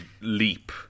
leap